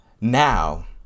now